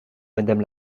madame